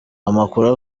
amakuru